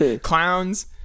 Clowns